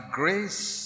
grace